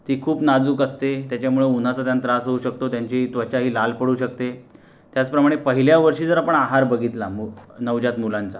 ती खूप नाजूक असते त्याच्यामुळं उन्हाचा त्यांना त्रास होऊ शकतो त्यांची त्वचाही लाल पडू शकते त्याचप्रमाणे पहिल्या वर्षी जर आपण आहार बघितला नवजात मुलांचा